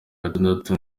gatandatu